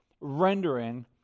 rendering